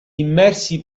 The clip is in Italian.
immersi